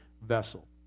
vessel